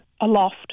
aloft